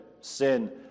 sin